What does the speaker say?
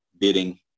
bidding